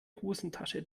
hosentasche